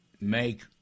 make